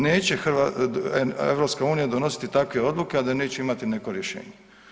Neće EU donositi takve odluke, a da neće imati neko rješenje.